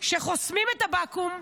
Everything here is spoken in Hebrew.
שחוסמים את הבקו"ם.